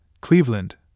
Cleveland